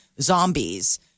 zombies